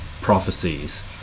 prophecies